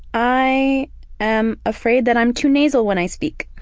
i am afraid that i'm too nasal when i speak.